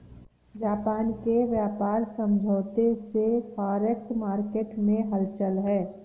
Japan के व्यापार समझौते से फॉरेक्स मार्केट में हलचल है